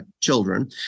children